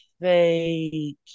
fake